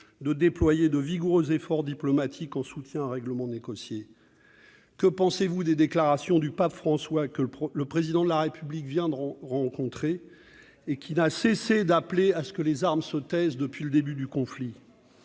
de « déployer de vigoureux efforts diplomatiques en soutien à un règlement négocié »? Que pensez-vous des déclarations du pape François, que le Président de la République vient de rencontrer, et qui n'a cessé d'appeler à ce que les armes se taisent depuis le début du conflit ?